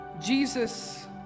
Jesus